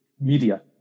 media